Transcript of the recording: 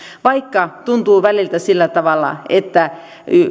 vaikka tuntuu välillä siltä että